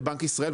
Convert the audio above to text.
לבנק ישראל,